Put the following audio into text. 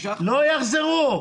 לא יחזרו.